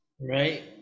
Right